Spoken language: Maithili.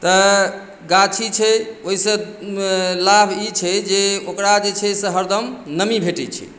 तऽ गाछी छै ओहिसँ लाभ ई छै जे ओकरा जे छै से हरदम नमी भेटैत छै